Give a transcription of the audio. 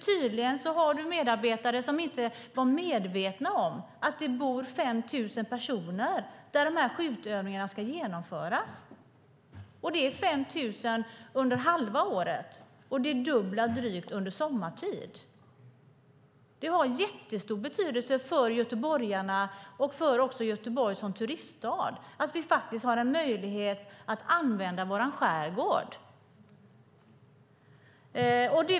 Tydligen har miljöministern medarbetare som inte har varit medvetna om att det bor 5 000 personer där dessa skjutövningar ska genomföras. Det är 5 000 under halva året och dubbelt så många sommartid. Det har stor betydelse för göteborgarna och för Göteborg som turiststad att vi kan använda vår skärgård.